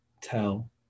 tell